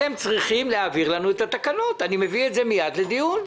אתם צריכים להעביר לנו את התקנות ואביא את זה מיד לדיון.